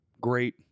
great